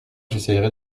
j’essaierai